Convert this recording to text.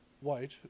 White